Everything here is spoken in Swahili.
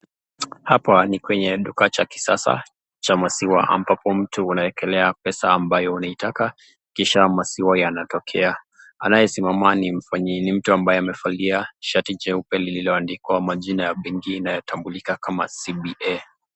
Hapa ni kwenye duka cha kisasa cha maziwa, ambapo mtu anaiwekelea pesa ambayo unaitaka, kisha maziwa yanatokea anayesimama ni mfanyi, n mtu ambaye amevali shati jeupe lililoandikwa majina ya benki inayotambulika kama CBA.